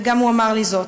וגם הוא אמר לי זאת.